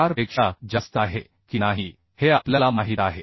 4 पेक्षा जास्त आहे की नाही हे आपल्याला माहीत आहे